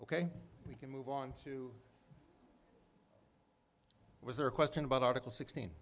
k we can move on to was there a question about article sixteen